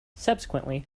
subsequently